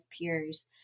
peers